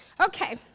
Okay